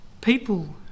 people